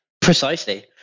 Precisely